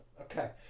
Okay